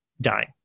dying